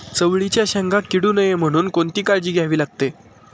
चवळीच्या शेंगा किडू नये म्हणून कोणती काळजी घ्यावी लागते?